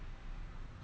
不是香港 meh